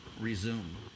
Resume